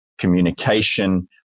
communication